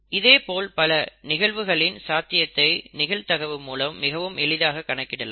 இதேபோல் பல நிகழ்வுகளின் சாத்தியத்தை நிகழ்தகவு மூலம் மிகவும் எளிதாக கணக்கிடலாம்